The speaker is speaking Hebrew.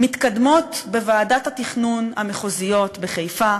מתקדמות בוועדת התכנון בחיפה,